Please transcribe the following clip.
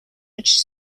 which